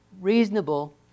reasonable